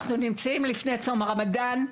אנחנו נמצאים לפני צום הרמדאן,